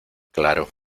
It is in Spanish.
claro